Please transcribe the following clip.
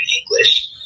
English